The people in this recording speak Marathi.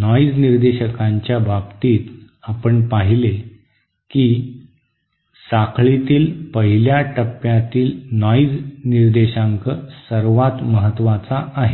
नॉईज निर्देशांकाच्या बाबतीत आपण पाहिले की साखळीतील पहिल्या टप्प्यातील नॉईज निर्देशांक सर्वात महत्वाचा आहे